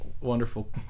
wonderful